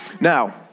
Now